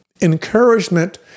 Encouragement